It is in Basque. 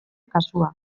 kasua